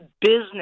business